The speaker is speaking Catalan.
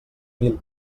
mil